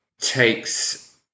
takes